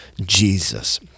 Jesus